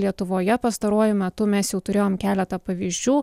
lietuvoje pastaruoju metu mes jau turėjom keletą pavyzdžių